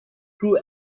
true